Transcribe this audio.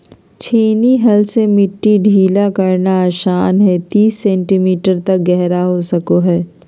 छेनी हल से मिट्टी ढीला करना आसान हइ तीस सेंटीमीटर तक गहरा हो सको हइ